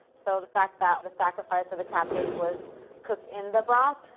so the fact that the sacrifice of the captives was cooked in the broth,